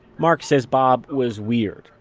mark says bob was weird,